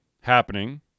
happening